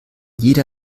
jeder